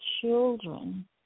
children